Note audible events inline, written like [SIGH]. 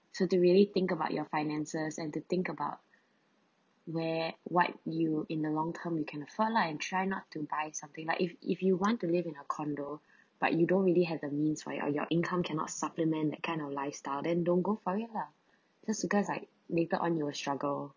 so to really think about your finances and to think about [BREATH] where what you in the long term you can afford lah and try not to buy something like if if you want to live in a condo [BREATH] but you don't really have the means or your your income cannot supplement that kind of lifestyle then don't go it lah [BREATH] just because like later on you will struggle